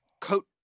coat